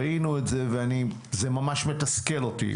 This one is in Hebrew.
ראינו את זה וזה ממש מתסכל אותי,